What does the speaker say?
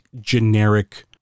generic